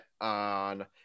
on